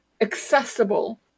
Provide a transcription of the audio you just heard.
accessible